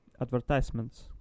advertisements